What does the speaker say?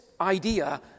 idea